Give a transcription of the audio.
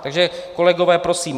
Takže kolegové, prosím.